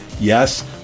Yes